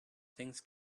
things